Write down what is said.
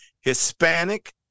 Hispanic